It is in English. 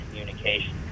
communication